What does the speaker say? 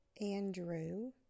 Andrew